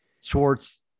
Schwartz